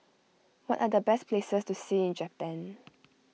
what are the best places to see in Japan